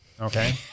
Okay